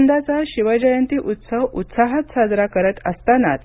यंदाचा शिवजयंती उत्सव उत्साहात साजरा करत असतानाच